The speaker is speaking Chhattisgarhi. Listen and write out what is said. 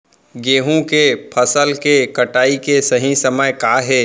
गेहूँ के फसल के कटाई के सही समय का हे?